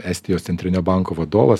estijos centrinio banko vadovas